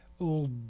Old